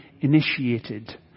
initiated